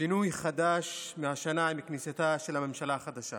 שינוי חדש מהשנה, עם כניסתה של הממשלה החדשה,